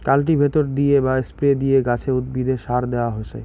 cultivator দিয়ে বা spray দিয়ে গাছে, উদ্ভিদে সার দেয়া হসে